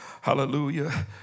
hallelujah